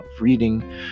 reading